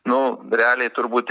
nu realiai turbūt